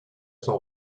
son